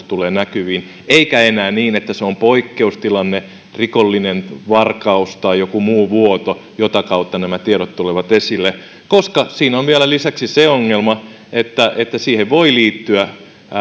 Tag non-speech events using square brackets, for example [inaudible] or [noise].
[unintelligible] tulee näkyviin eikä enää niin että se on poikkeustilanne rikos varkaus tai joku vuoto jonka kautta nämä tiedot tulevat esille siinä on vielä lisäksi se ongelma että siihen voi liittyä